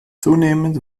zunehmend